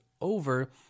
over